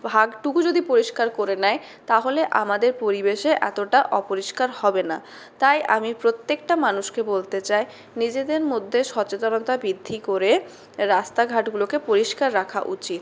ভাগটুকু যদি পরিষ্কার করে নেয় তাহলে আমদের পরিবেশ এতটা অপরিষ্কার হবে না তাই আমি প্রত্যেকটা মানুষকে বলতে চাই নিজেদের মধ্যে সচেতনতা বৃদ্ধি করে রাস্তাঘাটগুলোকে পরিষ্কার রাখা উচিত